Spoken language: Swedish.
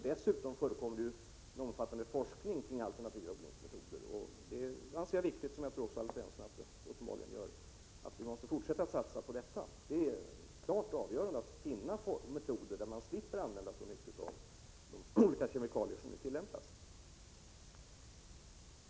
Dessutom förekommer det ju en omfattande forskning kring alternativa odlingsmetoder. Jag anser det viktigt, vilket uppenbarligen också Alf Svensson gör, att vi fortsätter med detta. Det är klart avgörande att finna former och metoder som gör att man slipper använda så mycket olika kemikalier som nu.